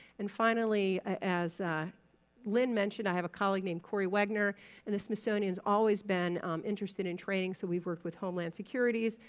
and finally, as lynn mentioned, i have a colleague named corey wagner and the smithsonian's always been interested in training, so we've worked with homeland securities,